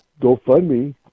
GoFundMe